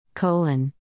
Colon